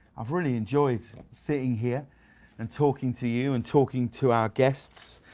i have really enjoyed sitting here and talking to you and talking to our guests.